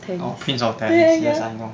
oh prince of tennis yes I know